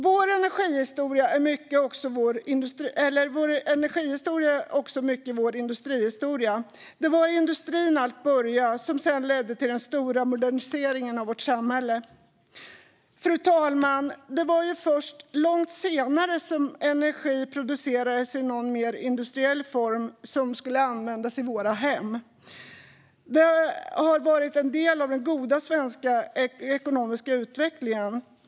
Vår energihistoria är i hög grad också vår industrihistoria. Det var i industrin allt började, som sedan ledde till den stora moderniseringen av vårt samhälle. Fru talman! Det var först långt senare som energi producerades i mer industriell form för att användas i våra hem. Detta har varit en del av den goda svenska ekonomiska utvecklingen.